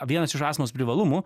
vienas iš astmos privalumų